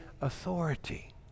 authority